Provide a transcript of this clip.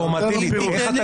תיתן לי